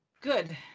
Good